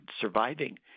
surviving